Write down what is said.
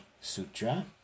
Sutra